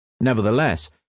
Nevertheless